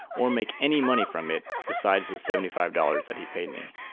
or make any money from it, besides the seventy five dollars that he paid me.